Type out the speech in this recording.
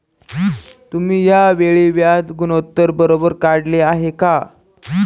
तुम्ही या वेळी व्याज कव्हरेज गुणोत्तर बरोबर काढले आहे का?